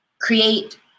create